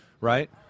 right